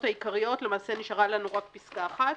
העיקריות למעשה נשארה לנו רק פסקה אחת.